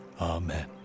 Amen